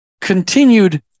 continued